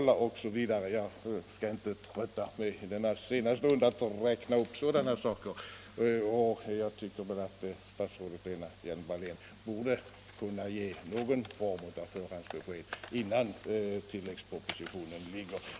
Jag skall inte trötta med att i denna sena stund räkna upp sådana exempel. Statsrådet Lena Hjelm-Wallén borde kunna ge någon form av förhandsbesked innan tilläggspropositionen föreligger.